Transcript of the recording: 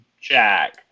Jack